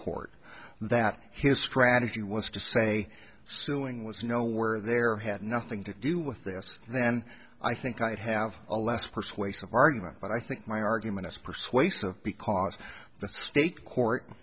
court that his strategy was to say suing was no where there had nothing to do with this then i think i'd have a less persuasive argument but i think my argument is persuasive because the state court